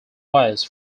buyers